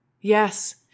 yes